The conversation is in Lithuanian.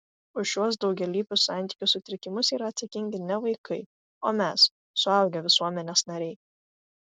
už šiuos daugialypius santykių sutrikimus yra atsakingi ne vaikai o mes suaugę visuomenės nariai